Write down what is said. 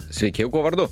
sveiki kuo vardu